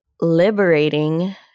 liberating